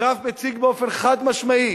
הגרף מציג באופן חד-משמעי